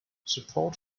support